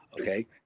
okay